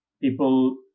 people